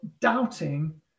doubting